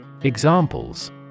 Examples